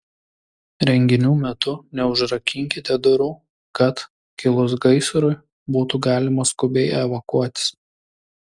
renginių metu neužrakinkite durų kad kilus gaisrui būtų galima skubiai evakuotis